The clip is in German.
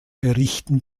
berichten